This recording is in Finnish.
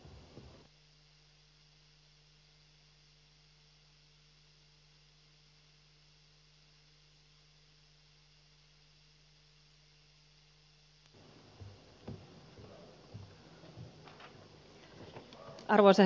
arvoisa herra puhemies